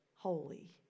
Holy